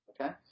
Okay